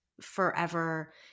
forever